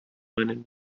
meinen